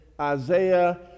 Isaiah